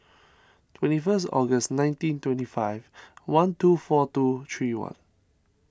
twenty first August nineteen twenty five one two four two three one